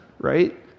right